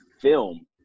film